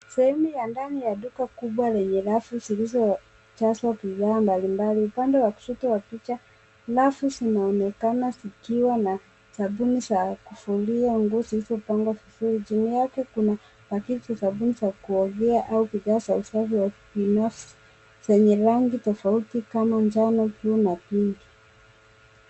Sehemu ya ndani ya duka kubwa yenye rafu zilizojazwa bidhaa mbalimbali. Upande wa kushoto wa picha, rafu zinaonekana zikiwa na sabuni za kufulia nguo zilizopangwa vizuri. Chini yake kuna pakiti za sabuni za kuogea, au bidhaa za usafi wa kibinafsi zenye rangi tofauti kama njano, buluu na pinki.